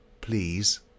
please